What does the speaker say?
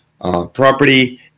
property